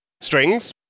strings